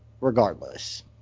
regardless